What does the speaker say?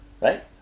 Right